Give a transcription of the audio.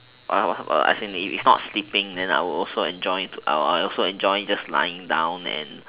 I I as in if not sleeping then I would also enjoy I would also enjoy just lying down and